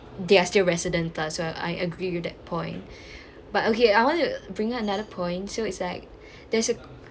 there are still residents lah so I agree with that point but okay I want to bring another point so it's like there's a